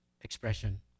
expression